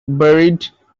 buried